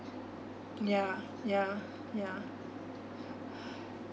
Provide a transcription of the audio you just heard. yeah yeah yeah